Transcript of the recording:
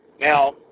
Now